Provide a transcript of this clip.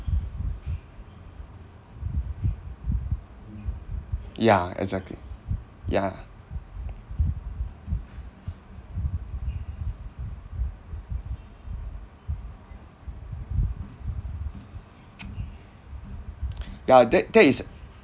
ya exactly yeah ya that that is